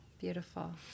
Beautiful